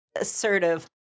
assertive